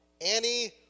Annie